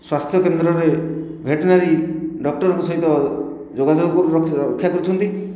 ସ୍ବାସ୍ଥ୍ୟ କେନ୍ଦ୍ରରେ ଭେଟନାରୀ ଡକ୍ଟରଙ୍କ ସହିତ ଯୋଗାଯୋଗ ରକ୍ଷା କରୁଛନ୍ତି